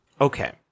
Okay